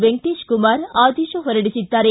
ವೆಂಕಟೇಶಕುಮಾರ ಆದೇಶ ಹೊರಡಿಸಿದ್ದಾರೆ